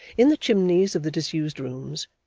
in the chimneys of the disused rooms,